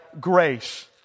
grace